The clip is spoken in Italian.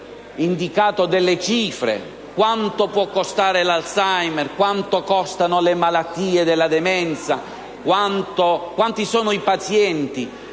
indicato delle cifre: quanto può costare l'Alzheimer; quanto costano le malattie della demenza; quanti sono i pazienti;